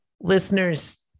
listeners